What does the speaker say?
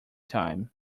time